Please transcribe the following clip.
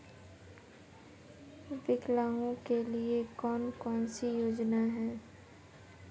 विकलांगों के लिए कौन कौनसी योजना है?